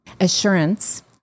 assurance